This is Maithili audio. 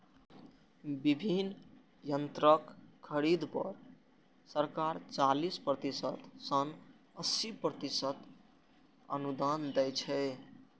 विभिन्न यंत्रक खरीद पर सरकार चालीस प्रतिशत सं अस्सी प्रतिशत अनुदान दै छै